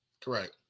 Correct